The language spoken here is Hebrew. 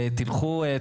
תלכו,